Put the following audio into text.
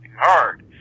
hard